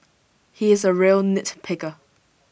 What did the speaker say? he is A real nitpicker